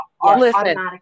automatically